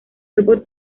fue